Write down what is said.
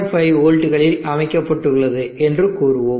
5 வோல்ட்டுகளில் அமைக்கப்பட்டுள்ளது என்று கூறுவோம்